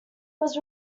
was